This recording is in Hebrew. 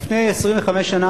לפני 25 שנה,